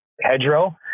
hedgerow